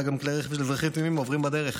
גם כלי רכב של אזרחים תמימים העוברים בדרך.